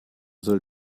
soll